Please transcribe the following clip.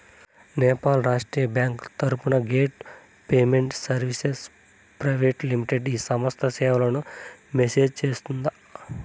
నేపాల్ రాష్ట్రీయ బ్యాంకు తరపున gate payment services private limited సంస్థ ఈ సేవలను మేనేజ్ సేస్తుందా?